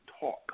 talk